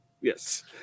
yes